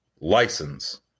license